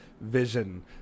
vision